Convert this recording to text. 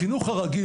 בחינוך הרגיל,